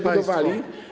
Budowali.